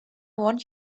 want